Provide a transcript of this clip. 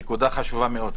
זאת נקודה חשובה מאוד.